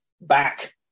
back